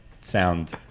sound